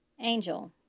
Angel